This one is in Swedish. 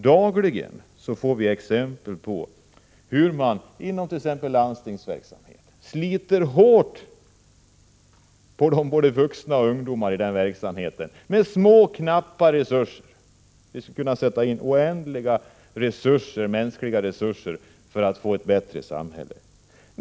Dagligen får vi exempel på hur man inom t.ex. landstingsverksamheten med dess knappa resurser sliter hårt på både vuxna och ungdomar. Det skulle behövas oändliga mänskliga resurser för att få ett bättre samhälle.